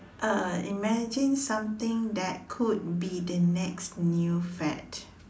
uh imagine something that could be the next new fad